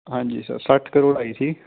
ਹਾਂਜੀ ਸਰ ਸੱਠ ਕਰੋੜ ਆਈ ਸੀ